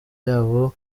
yabo